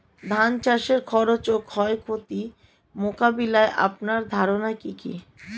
ধান চাষের খরচ ও ক্ষয়ক্ষতি মোকাবিলায় আপনার ধারণা কী?